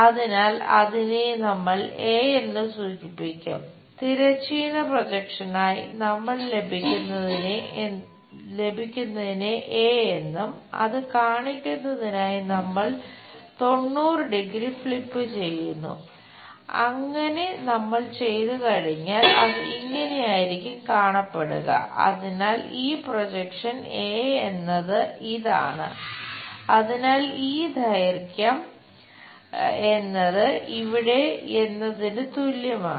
അതിനാൽ അതിനെ നമ്മൾ ദൂരത്തിന് തുല്യമാണ്